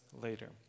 later